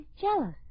jealous